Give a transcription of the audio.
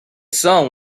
sun